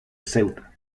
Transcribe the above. ceuta